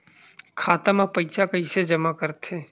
खाता म पईसा कइसे जमा करथे?